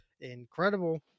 incredible